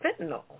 fentanyl